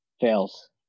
Fails